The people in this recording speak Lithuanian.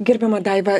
gerbiama daiva